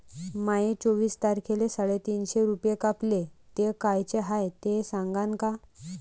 माये चोवीस तारखेले साडेतीनशे रूपे कापले, ते कायचे हाय ते सांगान का?